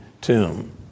tomb